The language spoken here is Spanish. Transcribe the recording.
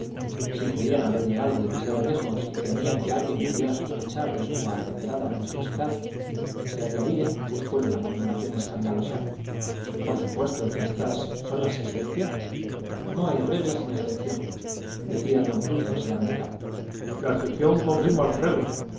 si creían haber llegado demasiado lejos y temían que alguien pudiera sospechar de su acendrada religiosidad se añadía después de la murmuración escandalosa por supuesto que estas son las excepciones no hay regla sin excepción decía don frutos el americano la excepción confirma la regla